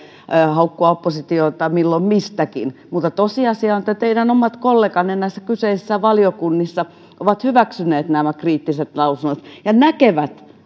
haukkua oppositiota milloin mistäkin mutta tosiasia on että teidän omat kolleganne näissä kyseisissä valiokunnissa ovat hyväksyneet nämä kriittiset lausunnot ja näkevät ehkä